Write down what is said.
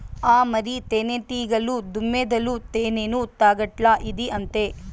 ఆ మరి, తేనెటీగలు, తుమ్మెదలు తేనెను తాగట్లా, ఇదీ అంతే